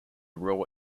rural